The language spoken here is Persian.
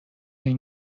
این